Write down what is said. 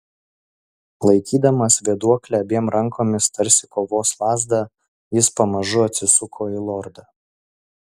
laikydamas vėduoklę abiem rankomis tarsi kovos lazdą jis pamažu atsisuko į lordą